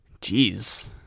Jeez